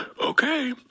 Okay